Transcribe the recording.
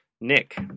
Nick